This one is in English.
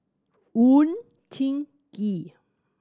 Oon Jin Gee